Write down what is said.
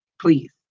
Please